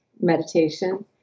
meditation